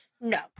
No